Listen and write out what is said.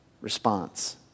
response